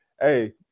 hey